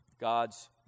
God's